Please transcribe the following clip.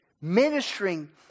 ministering